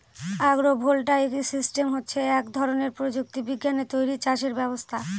আগ্র voltaic system হচ্ছে এক ধরনের প্রযুক্তি বিজ্ঞানে তৈরী চাষের ব্যবস্থা